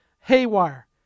haywire